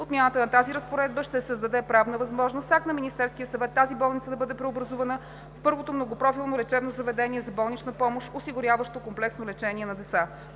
Отмяната на тази разпоредба ще създаде правна възможност с акт на Министерския съвет тази болница да бъде преобразувана в първото многопрофилно лечебно заведение за болнична помощ, осигуряващо комплексно лечение на деца.